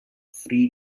free